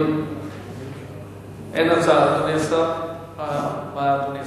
מה אדוני השר מבקש?